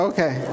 Okay